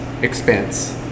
expense